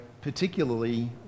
particularly